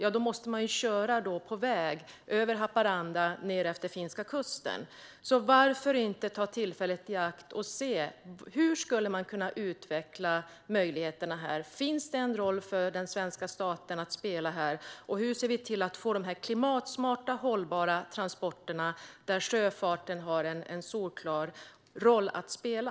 Alternativet är att köra på väg från Haparanda ned utefter den finska kusten. Varför inte ta tillfället i akt och se hur man skulle kunna utveckla möjligheterna här? Finns det en roll för den svenska staten att spela här? Och hur ser vi till att få klimatsmarta hållbara transporter, där sjöfarten har en solklar roll att spela?